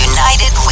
United